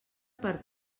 per